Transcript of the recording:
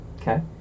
Okay